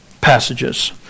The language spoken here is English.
passages